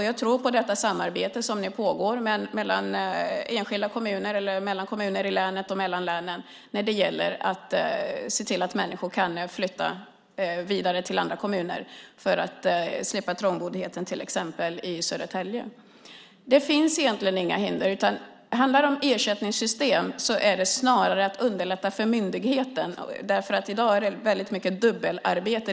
Jag tror på det samarbete som nu pågår mellan enskilda kommuner eller mellan kommuner i länet och mellan länen när det gäller att se till att människor kan flytta vidare till andra kommuner för att slippa trångboddheten, till exempel i Södertälje. Det finns egentligen inga hinder. Handlar det om ersättningssystem gäller det snarare att underlätta för myndigheten. I dag är det nämligen väldigt mycket dubbelarbete.